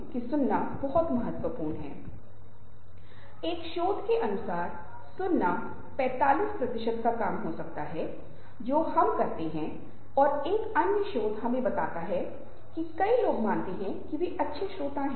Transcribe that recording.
तो यह कैसे बहुत महत्वपूर्ण है जो लोग संचार के विशेषज्ञ हैं उन्होंने इस क्षेत्र में कई संख्या की पुस्तके लिखी है और शैलियों के महत्व पर जोर दिया है और उन्होंने उस तरीके पर जोर दिया है जिस तरह से हम संवाद करते हैं और लोगों के साथ बातचीत करते हैं